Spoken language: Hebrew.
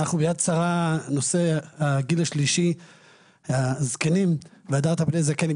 נושא הגיל השלישי ״והדרת פני זקן״,